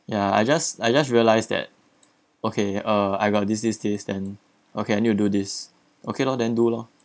yeah I just I just realize that okay er I got this this this then okay I need to do this okay lor then do lor